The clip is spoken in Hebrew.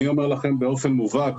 אני אומר לכם באופן מובהק,